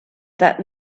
that